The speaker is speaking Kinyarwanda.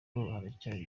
haracyari